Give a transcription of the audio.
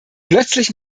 plötzlich